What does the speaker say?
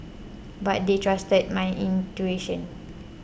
but they trusted my intuition